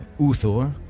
Uthor